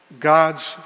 God's